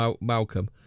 Malcolm